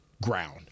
Ground